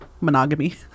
monogamy